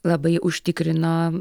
labai užtikrino